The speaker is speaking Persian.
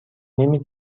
نمی